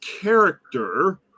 character